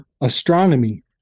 astronomy